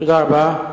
תודה רבה.